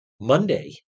Monday